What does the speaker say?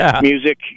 music